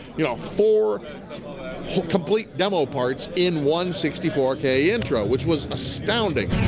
you know, four whole complete demo parts in one sixty four k intro, which was astounding!